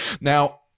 now